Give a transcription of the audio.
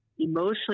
emotionally